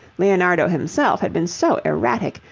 leonardo himself had been so erratic,